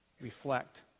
reflect